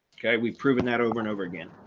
okay, we've proven that over and over again,